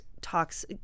talks